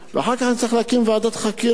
ואחר כך צריך להקים ועדת חקירה.